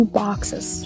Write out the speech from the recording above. boxes